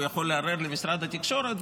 הוא יכול לערער למשרד התקשורת.